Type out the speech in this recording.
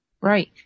Right